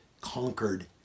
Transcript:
conquered